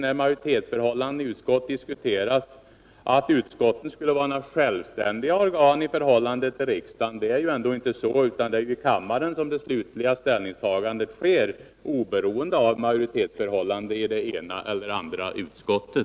När majoritetsförhållandena i utskotten diskuteras får man ibland det intrycket att utskotten skulle vara någon sorts självständiga organ i förhållande till riksdagen, men så är det ju inte. Det är ju i kammaren som det slutliga ställningstagandet sker, oberoende av majoritetsförhållandena i det ena eller andra utskottet.